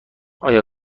آیا